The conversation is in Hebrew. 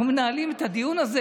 אנחנו מנהלים את הדיון הזה